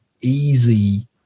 easy